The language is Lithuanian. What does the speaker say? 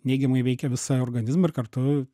neigiamai veikia visą organizmą ir kartu